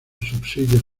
subsidios